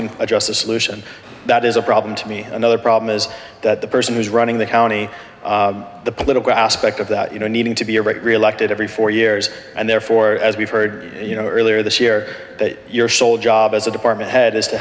can address the solution that is a problem to me another problem is that the person who's running the county the political aspect of that you know needing to be a right reelected every four years and therefore as we've heard you know earlier this year that your sole job as a department head is to